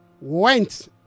went